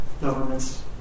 governments